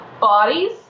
bodies